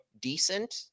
decent